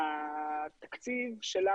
זה, התקציב שלנו,